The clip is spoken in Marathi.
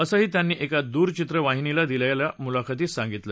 असं त्यांनी एका दूरचित्रवाहिनीला दिलखी मुलखतीत सांगितलं